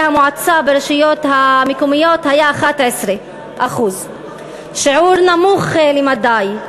המועצה ברשויות המקומיות היה 11%. זהו שיעור נמוך למדי,